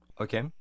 Okay